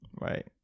Right